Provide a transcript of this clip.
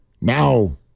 Now